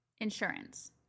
Insurance